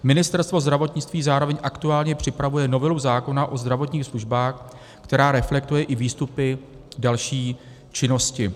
Ministerstvo zdravotnictví zároveň aktuálně připravuje novelu zákona o zdravotních službách, která reflektuje i výstupy další činnosti.